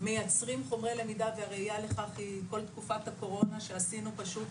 מייצרים חומרי למידה והראייה לכך היא כל תקופת הקורונה שעשינו פשוט